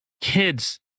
kids